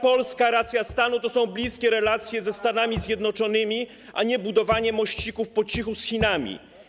Polska racja stanu to bliskie relacje ze Stanami Zjednoczonymi, a nie budowanie mościków po cichu z Chinami.